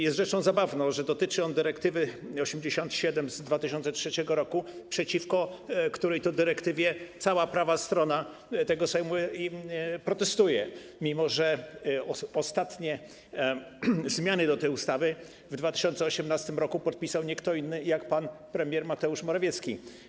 Jest rzeczą zabawną, że dotyczy on dyrektywy nr 87 z 2003 r., przeciwko której cała prawa strona tego Sejmu protestuje, mimo że ostatnie zmiany do tej ustawy w 2018 r. podpisał nie kto inny, jak pan premier Mateusz Morawiecki.